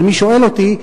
אבל מי שואל אותי,